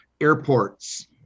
Airports